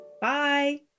Bye